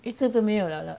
一只都没有了了